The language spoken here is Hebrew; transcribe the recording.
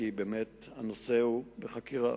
כי באמת הנושא בחקירה.